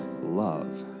love